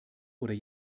oder